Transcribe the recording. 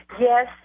Yes